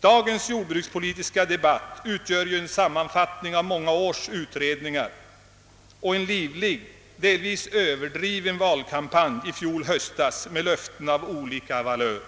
Dagens jordbrukspolitiska debatt utgör en sammanfattning av många års utredningar samt av en livlig och delvis överdriven valkampanj i fjol höstas med löften av olika valörer.